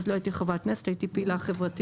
אז לא הייתי חברת כנסת אלא פעילה חברתית